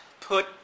put